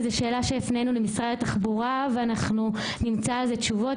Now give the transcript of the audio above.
זו שאלה שהפנינו למשרד התחבורה ואנחנו נמצא על כך תשובות,